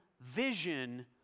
vision